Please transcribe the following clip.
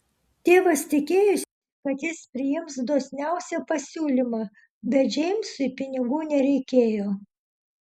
tėvas tikėjosi kad jis priims dosniausią pasiūlymą bet džeimsui pinigų nereikėjo